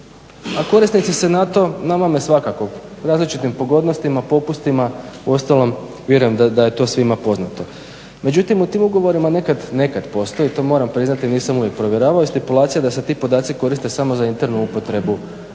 a korisnici se na to namame svakako, različitim pogodnostima, popustima, uostalom vjerujem da je to svima poznato. Međutim u tim ugovorima nekad postoji, to moram priznati, nisam uvijek provjeravao i stipulacija da se ti podaci koriste samo za internu upotrebu